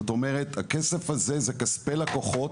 זאת אומרת, הכסף הזה הוא כספי לקוחות.